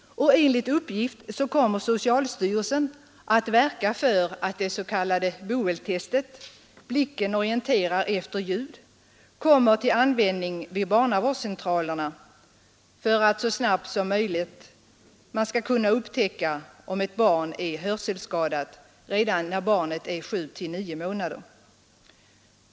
Enligt uppgift kommer socialstyrelsen också att verka för att det s.k. BOEL-testet — Blicken Orienterar Efter Ljud — används vid barnavårdscentralerna för att man skall kunna upptäcka om ett barn är hörselskadat redan när barnet är 7—9 månader.